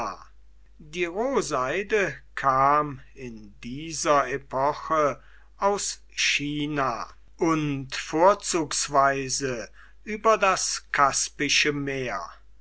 die rohseide kam in dieser epoche aus china und vorzugsweise über das kaspische meer